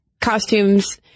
Costumes